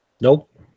Nope